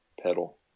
pedal